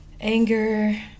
anger